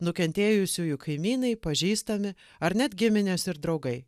nukentėjusiųjų kaimynai pažįstami ar net giminės ir draugai